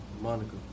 Monica